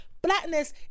blackness